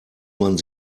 man